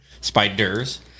spiders